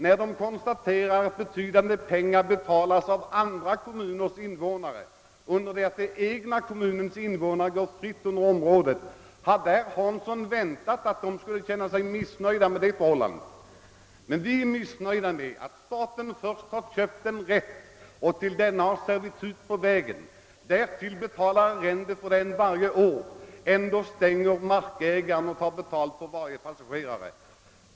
De har konstaterat att stora belopp betalas av andra kommuners invånare, medan den egna kommunens invånare har fritt tillträde till området. Hade herr Hansson väntat sig att de skulle känna sig missnöjda med det förhållandet? Men vi är missnöjda med att markägaren, trots att staten köpt en rätt, till vilken hör ett vägservitut, och därtill betalar arrende varje år, ändå stänger av vägen och tar betalt av var och en som använder den.